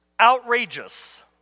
outrageous